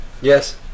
Yes